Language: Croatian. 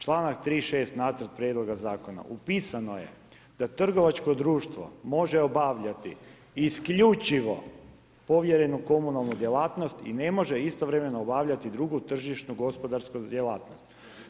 Članak 36. nacrt prijedloga zakona upisano je da trgovačko društvo može obavljati isključivo povjerenu komunalnu djelatnost i ne može istovremenu obavljati drugu tržišnu gospodarsku djelatnost.